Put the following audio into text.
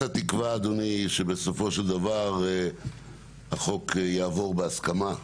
תקווה, אדוני, שבסופו של דבר החוק יעבור בהסכמה.